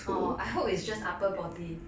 orh I hope it's just upper body